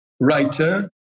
writer